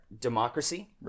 democracy